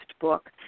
book